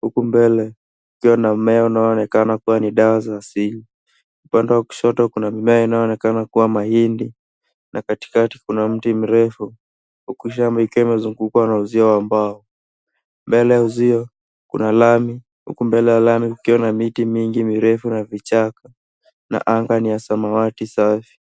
Huku mbele kukiwa na mmea unaoonekana kuwa ni dawa za asili. Upande wa kushoto, kuna mimea inayoonekana kuwa mahindi. Na katikati kuna mti mrefu. Huku shamba ikiwa imezungukwa na uzio wa mbao. Mbele ya uzio, kuna lami, huku mbele ya lami kukiwa na miti mingi mirefu na vichaka. Na anga ni ya samawati safi.